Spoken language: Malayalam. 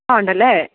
ഉണ്ടല്ലേ